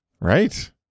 Right